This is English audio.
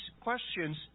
questions